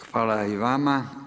Hvala i vama.